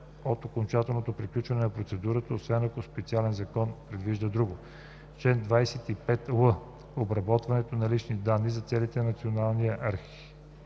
от окончателното приключване на процедурата, освен ако специален закон предвижда друго. Чл. 25л. Обработването на лични данни за целите на Националния архивен